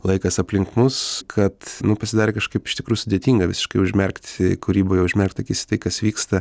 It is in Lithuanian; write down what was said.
laikas aplink mus kad nu pasidarė kažkaip iš tikrųjų sudėtinga visiškai užmerkti kūryboje užmerkt akis į tai kas vyksta